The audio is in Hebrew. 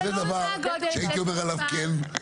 זה דבר שהייתי אומר עליו כן.